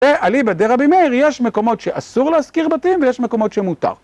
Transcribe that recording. אליבה דה רבי מאיר, יש מקומות שאסור להזכיר בתים ויש מקומות שמותר.